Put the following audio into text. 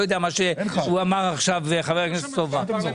לא יודע מה אמר עכשיו חבר הכנסת סובה.